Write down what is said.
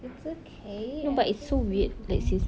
it's okay everything's gonna be fine